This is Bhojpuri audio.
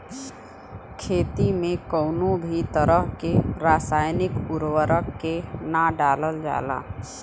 खेती में कउनो भी तरह के रासायनिक उर्वरक के ना डालल जाला